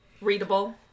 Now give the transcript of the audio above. Readable